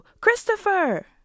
Christopher